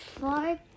four